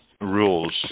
rules